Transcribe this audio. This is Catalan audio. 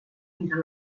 entre